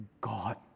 God